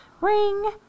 Ring